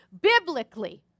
biblically